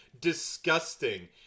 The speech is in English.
disgusting